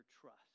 trust